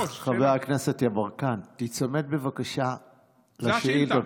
השלישי, חבר הכנסת יברקן, תיצמד בבקשה לשאילתה.